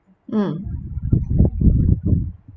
mm